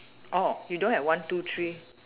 oh you don't have one two three